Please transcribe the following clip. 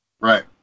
Right